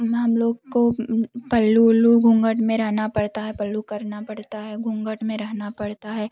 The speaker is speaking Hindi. हम लोग को पल्लू उल्लू घूँघट में रहना पड़ता है पल्लू करना पड़ता है घूँघट में रहना पड़ता है